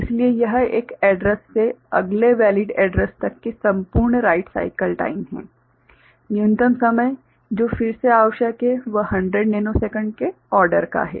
इसलिए यह एक एड्रैस से अगले वेलिड एड्रैस तक कि संपूर्ण राइट साइकल टाइम है न्यूनतम समय जो फिर से आवश्यक है वह 100 नैनोसेकंड के ऑर्डर का है